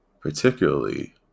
Particularly